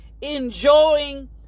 Enjoying